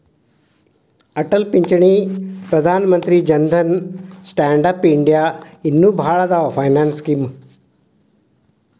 ಅಟಲ್ ಪಿಂಚಣಿ Pradhan Mantri Jan Dhan stand up India ಇನ್ನು ಭಾಳ್ ಅದಾವ್ ಫೈನಾನ್ಸ್ ಸ್ಕೇಮ್